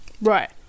Right